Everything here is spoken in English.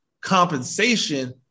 compensation